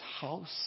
house